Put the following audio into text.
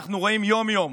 שאנו רואים יום-יום,